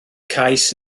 cais